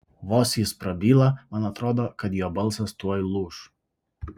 vos jis prabyla man atrodo kad jo balsas tuoj lūš